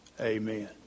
amen